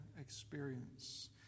experience